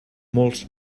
molts